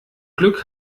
glück